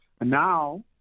Now